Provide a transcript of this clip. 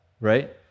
right